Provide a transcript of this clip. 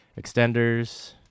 Extenders